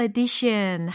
Edition